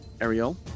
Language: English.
Ariel